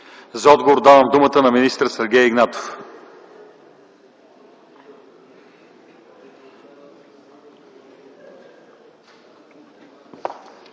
За отговор давам думата на министър Сергей Игнатов.